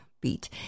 Beat